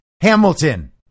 Hamilton